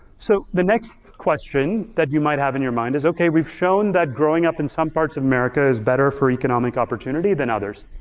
so the next question that you might have in your mind is, okay, we've shown that growing up in some parts of america is better for economic opportunity than others.